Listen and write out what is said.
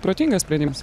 protingas sprendimas